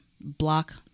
block